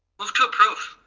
move to approve.